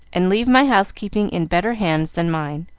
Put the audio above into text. and leave my house-keeping in better hands than mine.